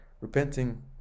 repenting